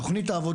כבר חשבתי שאני,